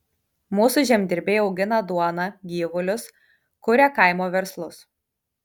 mūsų žemdirbiai augina duoną gyvulius kuria kaimo verslus